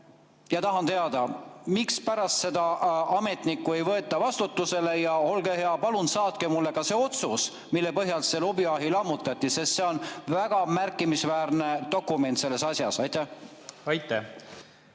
ja tahan teada, mispärast seda ametnikku ei võeta vastutusele. Olge hea, palun saatke mulle ka see otsus, mille põhjal see lubjaahi lammutati, sest see on väga märkimisväärne dokument selles asjas. Jah,